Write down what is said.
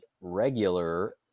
regular